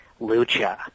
Lucha